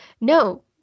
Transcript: No